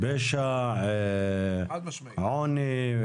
פשע, עוני.